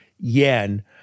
yen